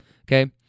Okay